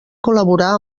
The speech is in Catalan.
col·laborar